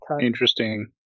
Interesting